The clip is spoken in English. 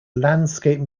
landscape